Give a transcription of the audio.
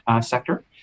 sector